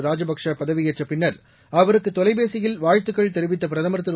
ராஜபக்சே பதவியேற்ற பின்னர் அவருக்கு தொலைபேசியில் வாழ்த்துக்கள் தெரிவித்த பிரதமர் திரு